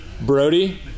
Brody